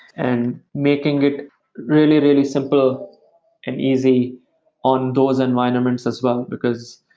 and making it really, really simple and easy on those environments as well. because,